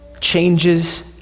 changes